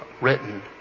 written